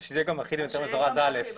שזה יהיה גם אחיד להיתר מזורז א'.